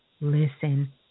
listen